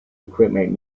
equipment